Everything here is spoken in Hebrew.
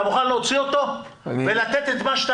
אתה מוכן להוציא אותו ולתת את מה שאתה